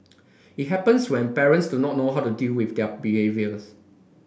it happens when parents do not know how to deal with their behaviours